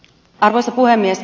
arvoisa puhemies